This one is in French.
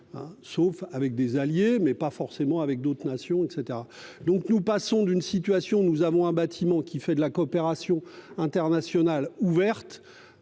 sauf avec des alliés mais pas forcément avec d'autres nations et etc donc nous passons d'une situation, nous avons un bâtiment qui fait de la coopération internationale ouverte.